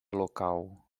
local